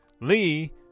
Lee